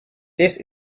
this